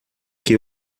que